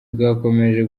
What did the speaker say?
bwakomeje